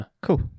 Cool